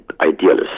idealist